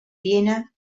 viena